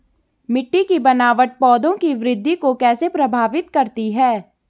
मिट्टी की बनावट पौधों की वृद्धि को कैसे प्रभावित करती है?